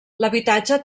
l’habitatge